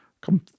Come